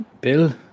Bill